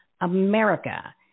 America